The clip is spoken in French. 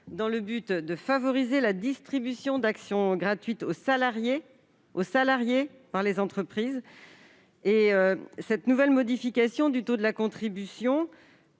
afin de favoriser la distribution d'actions gratuites aux salariés, j'y insiste, des entreprises. Cette nouvelle modification du taux de la contribution,